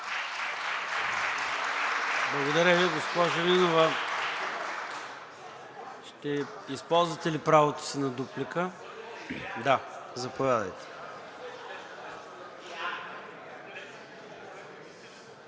Благодаря Ви. Госпожо Нинова, ще използвате ли правото си на дуплика? Да. Заповядайте.